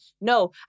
No